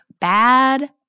bad